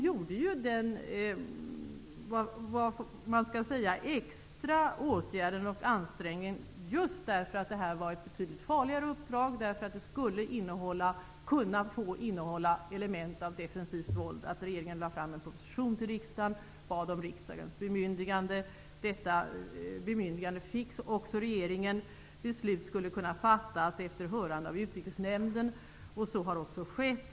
Just därför att detta var ett betydligt farligare uppdrag, som skulla kunna innehålla element av defensivt våld, vidtog regeringen den extra åtgärden och gjorde ansträngningen att lägga fram en proposition i riksdagen där man bad om riksdagens bemyndigande. Detta bemyndigande fick också regeringen. Beslut skulle kunna fattas efter hörande av utrikesnämnden. Så har också skett.